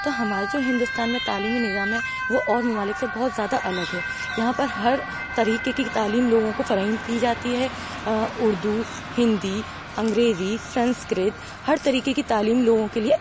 تو ہمارے جو ہندوستان میں تعلیمی نظام ہے وہ اور ممالک سے بہت زیادہ الگ ہے یہاں پر ہر طریقے کی تعلیم لوگوں کو فراہم کی جاتی ہے اُردو ہندی انگریزی سنسکرت ہر طریقے کی تعلیم لوگوں کے لیے